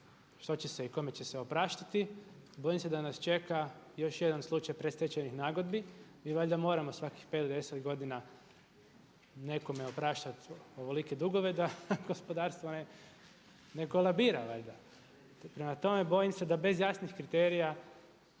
što će se i kome će se opraštati, bojim se da nas čeka još jedan slučaj predstečajnih nagodbi, mi valjda moramo svakih 5 do 10 godina nekome opraštati ovolike dugove da gospodarstvo ne kolabira valjda. Prema tome, bojim se da bez jasnih kriterija